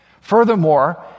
Furthermore